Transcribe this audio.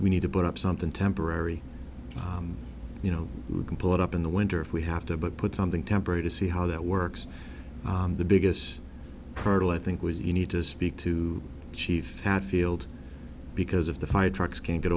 we need to put up something temporary you know we can pull it up in the winter if we have to but put something temporary to see how that works the biggest hurdle i think was you need to speak to chief hadfield because if the fire trucks can't get